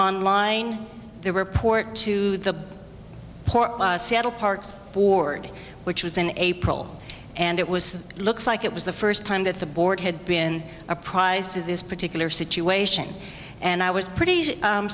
online the report to the port of seattle parks board which was in april and it was looks like it was the first time that the ford had been apprised of this particular situation and i was pretty